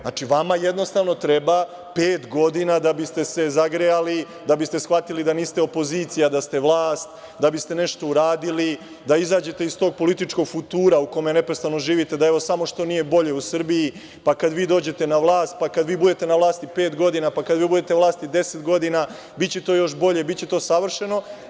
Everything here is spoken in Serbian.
Znači, vama treba pet godina da biste se zagrejali, da biste shvatili da niste opozicija, da ste vlast, da biste nešto uradili, da izađete iz tog političkog futura u kome neprestano živite, da, evo, samo što nije bolje u Srbiji, pa kad vi dođete na vlast, pa kad vi budete na vlasti pet godina, pa kada vi budete na vlasti 10 godina, biće to još bolje, biće to savršeno.